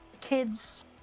kids